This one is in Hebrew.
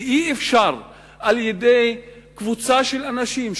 ואי-אפשר שקבוצה של אנשים,